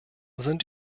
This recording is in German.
sind